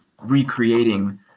recreating